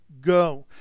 go